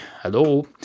hello